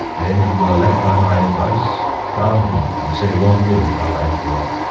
then, if you will elect by my advice, crown him, and say long live our emperor